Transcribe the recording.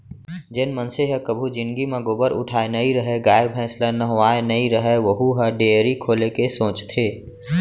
जेन मनसे ह कभू जिनगी म गोबर उठाए नइ रहय, गाय भईंस ल नहवाए नइ रहय वहूँ ह डेयरी खोले के सोचथे